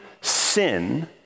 sin